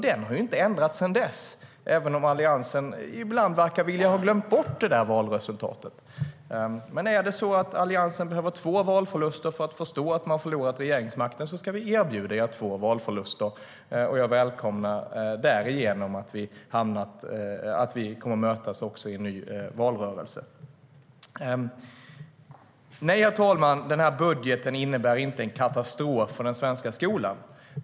Det har inte ändrats sedan dess, även om Alliansen ibland verkar vilja ha glömt bort valresultatet. Nej, herr talman, den här budgeten innebär inte en katastrof för den svenska skolan.